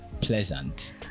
Pleasant